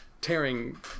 tearing